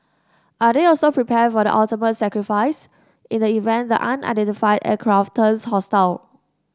are they also prepared for the ultimate sacrifice in the event the unidentified aircraft turns hostile